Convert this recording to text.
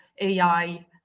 AI